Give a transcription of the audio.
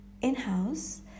in-house